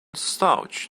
stauch